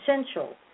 essential